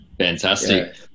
fantastic